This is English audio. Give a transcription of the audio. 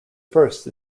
first